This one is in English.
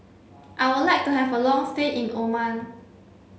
I would like to have a long stay in Oman